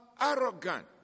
Arrogant